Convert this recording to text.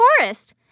forest